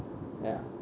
ya